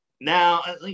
now